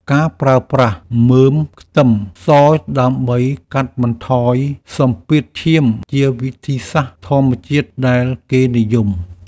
ការប្រើប្រាស់មើមខ្ទឹមសដើម្បីកាត់បន្ថយសម្ពាធឈាម ជាវិធីសាស្ត្រធម្មជាតិដែលគេនិយម។